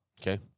Okay